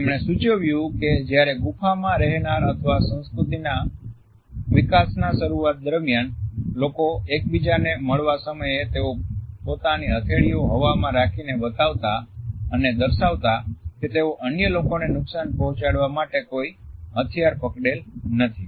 તેમણે સૂચવ્યું કે જ્યારે ગુફામાં રહેનાર અથવા સંસ્કૃતિના વિકાસના શરૂઆત દરમિયાન લોકો એકબીજાને મળવા સમયે તેઓ પોતાની હથેળીઓ હવામાં રાખીને બતાવતા અને દર્શાવતા કે તેઓ અન્ય લોકોને નુકસાન પહોંચાડવા માટે કોઈ હથિયાર પકડેલ નથી